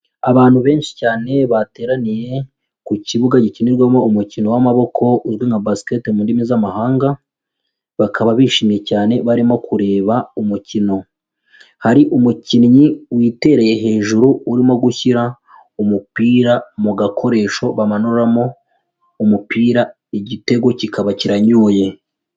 Abantu benshi cyane bateraniye ku kibuga gikinirwamo umukino w'amaboko uzwi nka Basket ndimi z'amahanga bakaba bishimye cyane barimo kureba umukino, hari umukinnyi witereye hejuru urimo gushyira umupira mu gakoresho bamanuramo umupira igitego kikaba kiranyoye.